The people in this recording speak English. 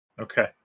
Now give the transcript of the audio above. Okay